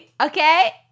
Okay